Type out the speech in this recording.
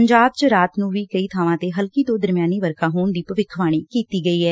ਪੰਜਾਬ ਚ ਰਾਤ ਨੁੰ ਵੀ ਕਈ ਬਾਵਾਂ ਤੇ ਹਲਕੀ ਤੋਂ ਦਰਮਿਆਨੀ ਵਰਖਾ ਹੋਣ ਦੀ ਭਵਿੱਖ ਬਾਣੀ ਕੀਡੀ ਗਈ ਏ